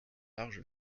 large